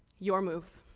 your move!